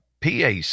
pac